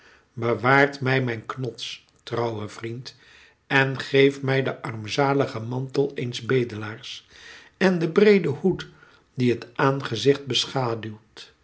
bewaart mij mijn knots trouwen vriend en geef mij de armzaligen mantel eens bedelaars en den breeden hoed die het aanzicht beschaduwt